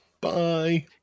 bye